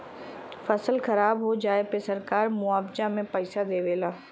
फसल खराब हो जाये पे सरकार मुआवजा में पईसा देवे ला